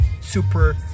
super